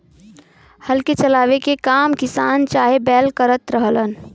हल के चलावे के काम किसान चाहे बैल करत रहलन